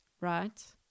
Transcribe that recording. right